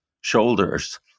shoulders